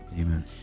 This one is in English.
Amen